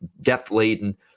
depth-laden